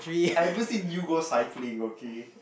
I haven't seen you go cycling okay